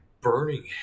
burning